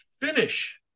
finish